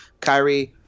Kyrie